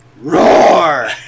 Roar